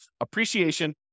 appreciation